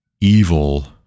evil